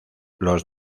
los